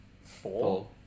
four